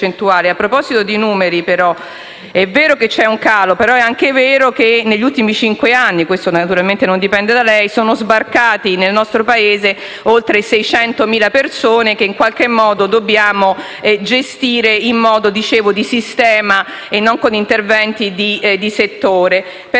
A proposito di numeri, è vero che c'è un calo, però è anche vero che negli ultimi cinque anni - questo naturalmente non dipende da lei - sono sbarcati nel nostro Paese oltre 600.000 persone, che in qualche modo dobbiamo gestire in maniera sistemica e non con interventi di settore.